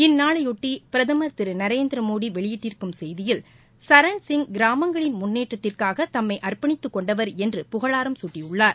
இந்நாளைபொட்டி பிரதமர் திரு நரேந்திரமோடி வெளியிட்டிருக்கும் செய்தியில் சரண்சிய் கிராமங்களின் முன்னேற்றத்திற்காக தம்மை அர்ப்பணித்துக் கொண்டவர் என்று புகழாரம் சூட்டியுள்ளார்